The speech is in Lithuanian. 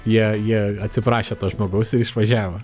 jie jie atsiprašė to žmogaus ir išvažiavo